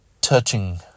touching